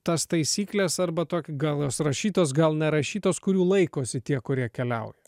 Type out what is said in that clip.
tas taisykles arba tokio gal jos rašytos gal nerašytos kurių laikosi tie kurie keliauja